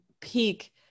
peak